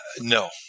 No